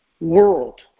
world